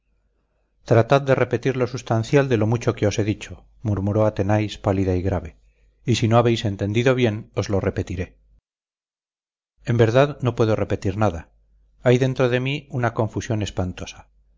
tratad de repetir lo sustancial de lo mucho que os he dicho murmuró athenais pálida y grave y si no habéis entendido bien os lo repetiré en verdad no puedo repetir nada hay dentro de mí una confusión espantosa